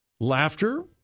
Laughter